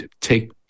take